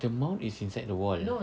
the mount is inside the wall